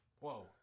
whoa